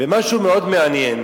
ומשהו מאוד מעניין,